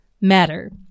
matter